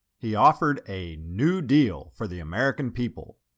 he offered a new deal for the american people.